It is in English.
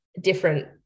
different